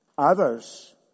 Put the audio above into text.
others